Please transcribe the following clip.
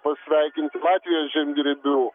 pasveikinti latvijos žemdirbių